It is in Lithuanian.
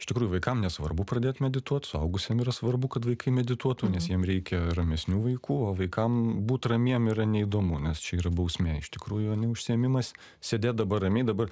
iš tikrųjų vaikam nesvarbu pradėt medituot suaugusiam yra svarbu kad vaikai medituotų nes jiem reikia ramesnių vaikų o vaikam būt ramiem yra neįdomu nes čia yra bausmė iš tikrųjų ne užsiėmimas sėdėt dabar ramiai dabar